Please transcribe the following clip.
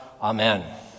amen